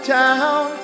town